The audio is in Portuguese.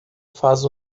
faz